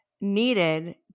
needed